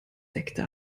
sekte